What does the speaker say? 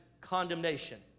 condemnation